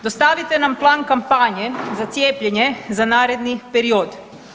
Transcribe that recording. Dostavite nam plan kampanje za cijepljenje za naredni period.